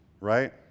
right